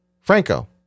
Franco